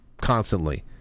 constantly